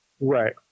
Right